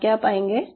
आप क्या पाएंगे